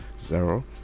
zero